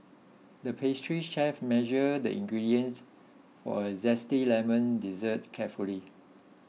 the pastry chef measured the ingredients for a Zesty Lemon Dessert carefully